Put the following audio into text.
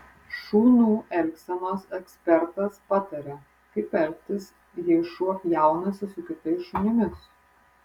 šunų elgsenos ekspertas pataria kaip elgtis jei šuo pjaunasi su kitais šunimis